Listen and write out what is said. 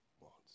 wants